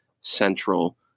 Central